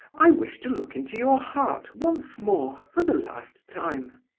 i wish to look into your heart once more, for the last time.